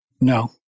No